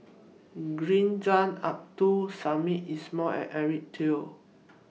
Green Zeng Abdul Samad Ismail and Eric Teo